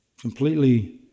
completely